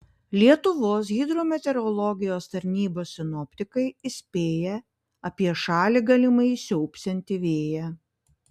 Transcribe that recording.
lietuvos hidrometeorologijos tarnybos sinoptikai įspėja apie šalį galimai siaubsiantį vėją